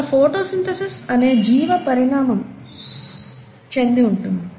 అలా ఫోటోసిన్థసిస్ అనే ప్రక్రియ పరిణామం చెంది ఉంటుంది